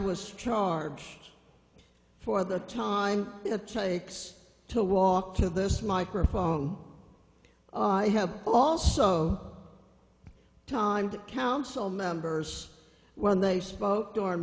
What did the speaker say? was charged for the time it takes to walk to this microphone i have also time to council members when they spoke